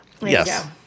Yes